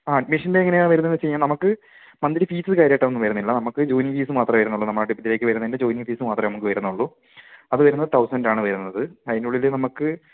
ആ അഡ്മിഷൻ്റെ എങ്ങനെയാണ് വരുന്നത് ചെയ്യാം നമുക്ക് മന്ത്ലി ഫീസ് കാര്യമായിട്ടൊന്നും വരുന്നില്ല നമുക്ക് ജോയിൻ ഫീസ് മാത്രമെ വരുന്നുള്ളു നമ്മുടെ അടുത്തേക്ക് വരുന്നതിൻ്റെ ജോയിൻ ഫീസ് മാത്രമേ നമുക്ക് വരുന്നുള്ളു അത് വരുന്നത് തൗസൻഡ് ആണ് വരുന്നത് അതിനുള്ളിൽ നമുക്ക്